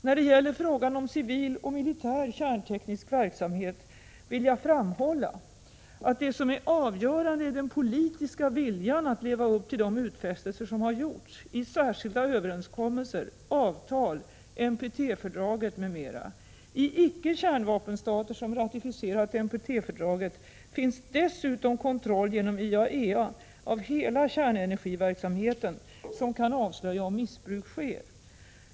När det gäller frågan om civil och militär kärnteknisk verksamhet vill jag framhålla att det som är avgörande är den politiska viljan att leva upp till de utfästelser som gjorts i särskilda överenskommelser, avtal, NPT-fördraget m.m. I icke-kärnvapenstater som ratificerat NPT-fördraget finns dessutom kontroll genom IAEA av hela kärnenergiverksamheten som kan avslöja om missbruk sker.